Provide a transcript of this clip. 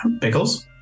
Pickles